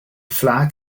flag